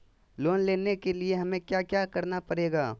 Loan लेने के लिए हमें क्या क्या करना पड़ेगा?